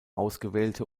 ausgewählte